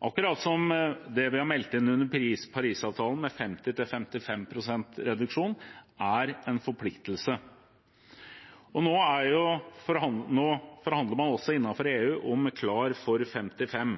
akkurat som det vi har meldt inn under Parisavtalen, med 50–55 pst. reduksjon, er en forpliktelse. Nå forhandler man også innenfor EU om Klar for 55.